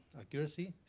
accuracy.